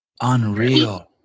Unreal